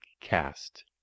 cast